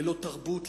ללא תרבות,